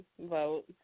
vote